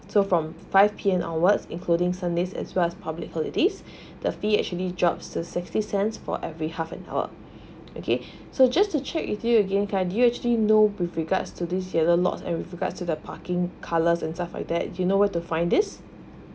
twelve from five P_M onwards including sunday as well as public holidays the fee actually jobs to sixty cents for every half an hour okay so just to check with you again khairi do you actually know with regards to this yellow lots and with regards to the parking colours and stuff like that you know were to find these